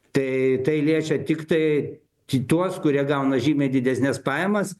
tai tai liečia tiktai tuos kurie gauna žymiai didesnes pajamas